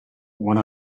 one